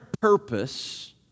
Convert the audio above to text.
purpose